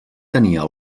tenia